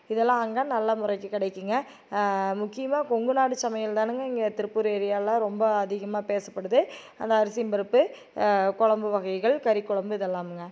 இதெல்லாம் அங்கே நல்ல முறைக்கு கெடைக்குதுங்க முக்கியமாக கொங்கு நாட்டு சமையல் தான்ங்க இங்கே திருப்பூர் ஏரியாலேலாம் ரொம்ப அதிகமாக பேசப்படுது அந்த அரிசியும் பருப்பு கொழம்பு வகைகள் கறி கொழம்பு இதெல்லாம்ங்க